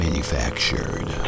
Manufactured